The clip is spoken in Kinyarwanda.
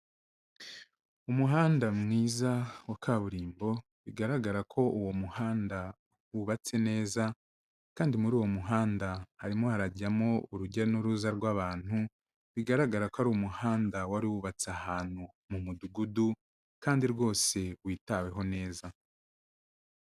Umuhanda mwiza wa kaburimbo, bigaragara ko uwo muhanda wubatse neza kandi muri uwo muhanda harimo harajyamo urujya n'uruza rw'abantu, bigaragara ko ari umuhanda wari wubatse ahantu mu mudugudu kandi rwose witaweho neza.